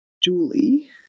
Julie